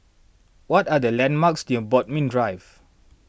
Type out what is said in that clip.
what are the landmarks near Bodmin Drive